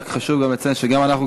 רק חשוב גם לציין שגם אנחנו,